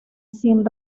sin